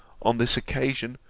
on this occasion,